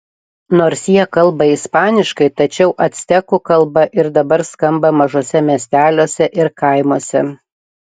nors jie kalba ispaniškai tačiau actekų kalba ir dabar skamba mažuose miesteliuose ir kaimuose